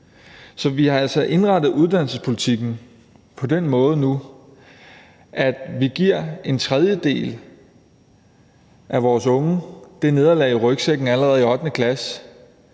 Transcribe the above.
Så vi har altså nu indrettet uddannelsespolitikken på den måde, at vi giver en tredjedel af vores unge det nederlag i rygsækken allerede i 8. klasse,